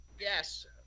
Yes